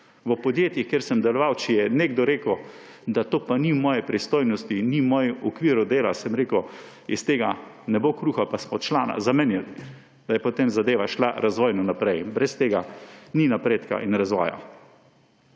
V podjetjih, kjer sem deloval, če je nekdo rekel, da to pa ni v moji pristojnosti, ni v mojem okviru dela, sem rekel, da iz tega ne bo kruha, pa smo člana zamenjali, da je potem zadeva šla razvojno naprej. Brez tega ni napredka in razvoja.